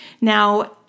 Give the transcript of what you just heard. Now